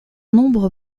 nombre